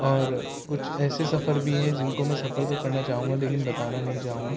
اور کچھ ایسے سفر بھی ہیں جن کو میں سفر تو کرنا چاہوں گا لیکن بتانا نہیں چاہوں گا